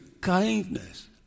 kindness